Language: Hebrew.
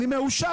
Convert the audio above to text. אני מאושר.